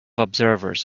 observers